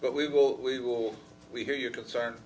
but we will we will we hear your concern